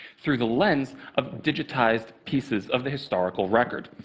through the lens of digitized pieces of the historical record.